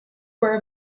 were